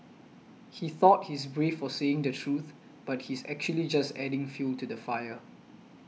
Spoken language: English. he thought he's brave for saying the truth but he's actually just adding fuel to the fire